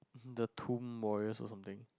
the tomb or something